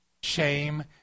Shame